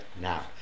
now